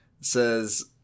says